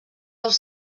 als